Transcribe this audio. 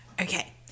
Okay